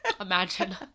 Imagine